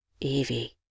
Evie